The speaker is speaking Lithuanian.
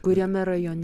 kuriame rajone